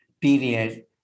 period